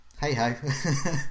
hey-ho